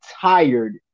tired